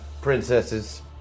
princesses